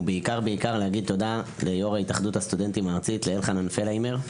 ובעיקר תודה ליו"ר התאחדות הסטודנטים הארצית לאלחנן פלהיימר,